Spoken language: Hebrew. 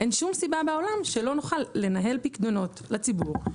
אין שום סיבה בעולם שלא נוכל לנהל פיקדונות לציבור,